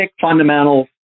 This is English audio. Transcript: fundamentals